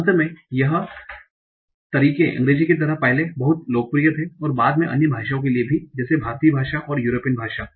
अंत में यह तरीके अंग्रेजी की तरह पहले बहुत लोकप्रिय थे और बाद में अन्य भाषाओं के लिए भी जैसे भारतीय भाषा और यूरोपीय भाषा